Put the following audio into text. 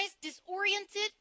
disoriented